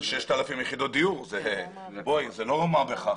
6,000 יחידות דיור, זה לא מה בכך.